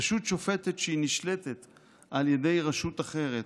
רשות שופטת שנשלטת על ידי רשות אחרת,